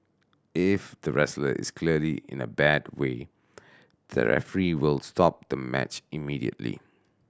if the wrestler is clearly in a bad way the referee will stop the match immediately